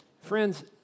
Friends